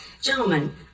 gentlemen